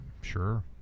Sure